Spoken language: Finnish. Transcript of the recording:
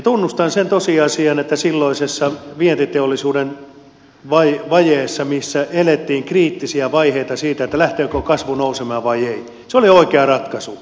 tunnustan sen tosiasian että silloisessa vientiteollisuuden vajeessa missä elettiin kriittisiä vaiheita siitä lähteekö kasvu nousemaan vai ei se oli oikea ratkaisu